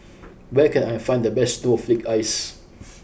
where can I find the best Snowflake Ice